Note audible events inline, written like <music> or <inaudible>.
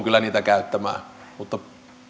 <unintelligible> kyllä niitä käyttämään mutta